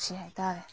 ꯅꯨꯡꯁꯤ ꯍꯥꯏꯇꯔꯦ